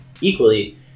equally